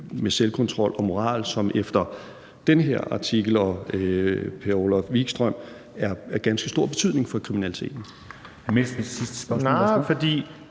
med selvkontrol og moral, som efter den her artikel og Per-Olof Wikström er af ganske stor betydning for kriminaliteten.